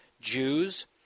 Jews